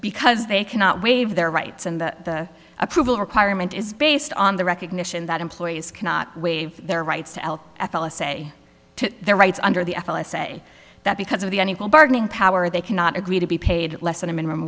because they cannot waive their rights and the approval requirement is based on the recognition that employees cannot waived their rights to l f l a say to their rights under the f l i say that because of the on equal bargaining power they cannot agree to be paid less than a minimum